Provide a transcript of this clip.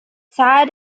zahl